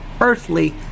earthly